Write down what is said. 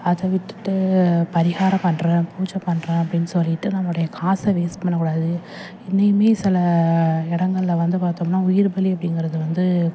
அதை விட்டுட்டு பரிகாரம் பண்ணுறேன் பூஜை பண்ணுறேன் அப்படின்னு சொல்லிவிட்டு நம்முடைய காசை வேஸ்ட் பண்ணக்கூடாது இன்னையுமே சில இடங்கள்ல வந்து பார்த்தோம்னா உயிர்பலி அப்டிங்கிறது வந்து